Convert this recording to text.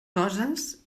coses